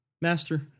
master